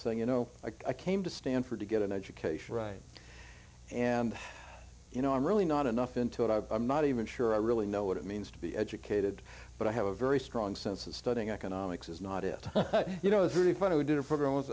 saying you know i came to stanford to get an education right and you know i'm really not enough into it i'm not even sure i really know what it means to be educated but i have a very strong sense of studying economics is not it but you know it's really fun to d